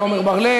לעצמאים),